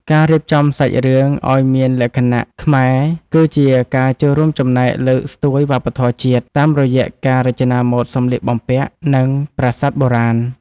ការរៀបចំសាច់រឿងឱ្យមានលក្ខណៈខ្មែរគឺជាការចូលរួមចំណែកលើកស្ទួយវប្បធម៌ជាតិ តាមរយៈការរចនាម៉ូដសម្លៀកបំពាក់ និង ប្រាសាទបុរាណ។